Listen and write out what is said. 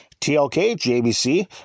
TLKJBC